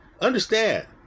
Understand